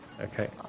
Okay